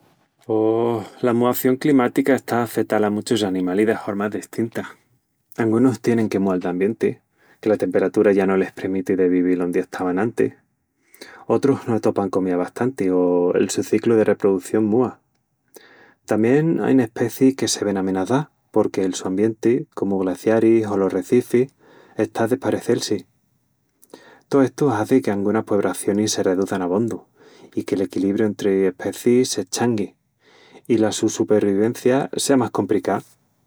Pos... la muación climática está a afetal a muchus animalis de hormas destintas. Angunus tienin que mual d'ambienti... que la temperatura ya no les premiti de vivil ondi estavan antis. Otrus no atopan comía bastanti o el su ciclu de reprodución múa. Tamién ain especiis que se vén amenazás porque el su ambienti, comu glaciaris o los recifis, está a desparecel-si. Tó estu hazi que angunas puebracionis se reduçan abondu i que l'equilibriu entri especiis s'eschangui i la su supervivencia sea más compricá.